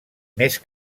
més